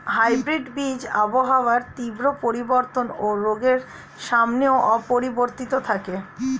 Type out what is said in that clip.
hybrid বীজ আবহাওয়ার তীব্র পরিবর্তন ও রোগের সামনেও অপরিবর্তিত থাকে